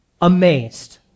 amazed